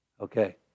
Okay